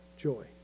joy